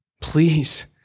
please